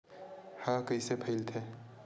ह कइसे फैलथे?